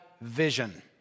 vision